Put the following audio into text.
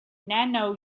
nano